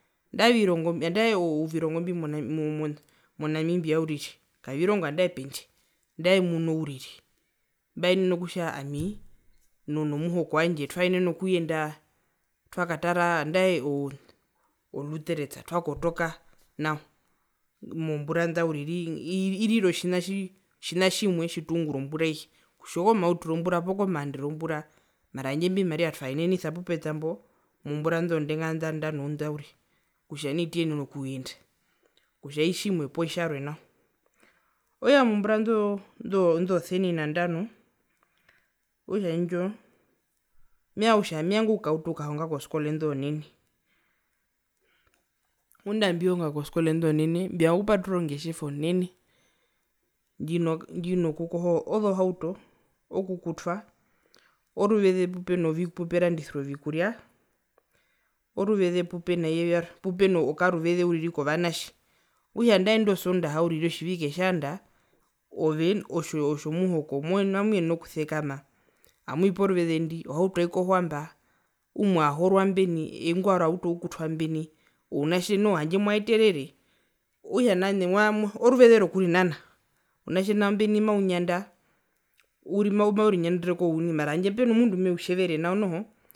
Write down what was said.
Andae ovirongo. ovirongo mo namibia uriri kavirongo mbiri kwarwe mbaenene kutja ami nomuhoko wandje twaenene okuyenda twakatara andae o luderitz twakotoka nao mombura nda uriri irire otjina tji otjina tjimwe tjitungura ombura aihe kutja okomautiro wombura poo komaandero wombura mara handje imbi ovimariva twaenenisa pupetambo mombura indo zondenga ndano nda uriri kutja nai tuyenene okuyenda kutja itjimwe poo itjarwe nao. Okutja mozombura ndo indo zosenina ndano okutja indjo mevanga okukauta okuhonga kozoskole indo zonene ngunda mbihonga kozskole indo zonene mbivanga okupaturura ongetjeva onene ndjino ndjino kukoha ozohauto okukutwa oroveze pupeno vi puperandisiwa ovikurya oruveze pupenaiye vyarwe pupeno karuveze uriri kovanatje okutj andae ino sondaha uriri otjiveke tjaanda ove otjo muhoko mamuyenene okusekama amwii umwe ahorwa mbeni warwe autu okukutwa mbeni ounatje noho handje mwaterere okutja nao ene mwa oruveze rokurinana ounatje mbena uri maurinyandere kuwouni mara uno mundu ngumeutjevere nao noho.